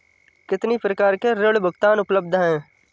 कितनी प्रकार के ऋण भुगतान उपलब्ध हैं?